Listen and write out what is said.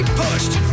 pushed